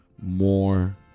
more